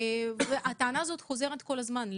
הטענה הזו חוזרת כל הזמן.